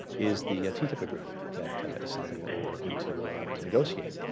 is the ttip agreement. that is something that we're working to to negotiate.